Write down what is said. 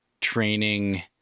training